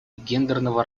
гендерного